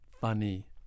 funny